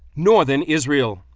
northern israel.